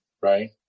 right